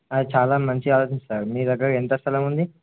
అది చాలా మంచిగా ఆలోచంది సార్ మీ దగ్గర ఎంత స్థలం ఉంది